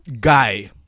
Guy